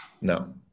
No